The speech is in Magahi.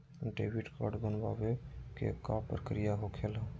डेबिट कार्ड बनवाने के का प्रक्रिया होखेला?